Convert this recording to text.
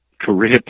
career